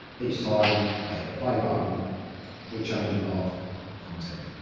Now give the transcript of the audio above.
each time i hit the play button we are changing our content